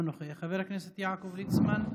אינו נוכח, חבר הכנסת יעקב ליצמן,